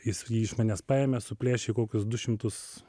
jis jį iš manęs paėmė suplėšė į kokius du šimtus